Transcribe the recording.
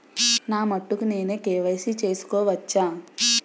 నా మటుకు నేనే కే.వై.సీ చేసుకోవచ్చా?